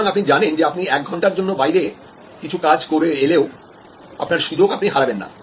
সুতরাং আপনি জানেন যে আপনি এক ঘন্টার জন্য বাইরে কিছু কাজ করে এলেও আপনার সুযোগ আপনি হারাবেন না